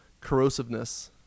corrosiveness